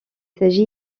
s’agit